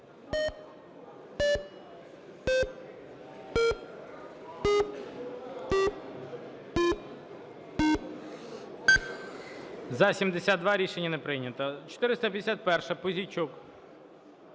За-72 Рішення не прийнято. 451-а, Пузійчук.